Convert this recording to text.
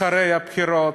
אחרי הבחירות,